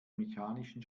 mechanischen